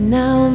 now